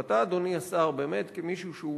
ואתה, אדוני השר, באמת, כמישהו שהוא